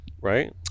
Right